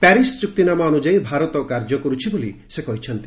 Paris ଚୁକ୍ତିନାମା ଅନୁଯାୟୀ ଭାରତ କାର୍ଯ୍ୟ କରୁଛି ବୋଲି ସେ କହିଛନ୍ତି